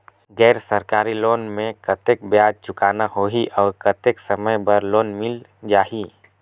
गैर सरकारी लोन मे कतेक ब्याज चुकाना होही और कतेक समय बर लोन मिल जाहि?